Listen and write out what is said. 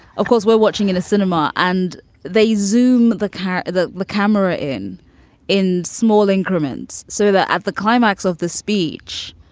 of course, we're watching in a cinema. and they zoom the car, the the camera in in small increments so that at the climax of the speech,